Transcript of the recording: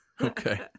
Okay